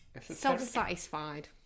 self-satisfied